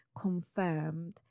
confirmed